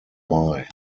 bye